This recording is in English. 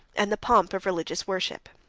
and the pomp of religious worship.